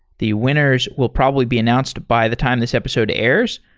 the winners will probably be announced by the time this episode airs.